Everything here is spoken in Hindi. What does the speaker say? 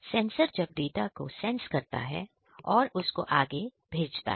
सेंसर जब डाटा को सेंस करता है उसको आगे भेजा जाता है